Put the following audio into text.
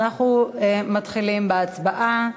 אנחנו מתחילים בהצבעה.